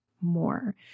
more